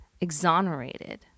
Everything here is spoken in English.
exonerated